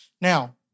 Now